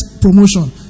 promotion